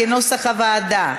כנוסח הוועדה.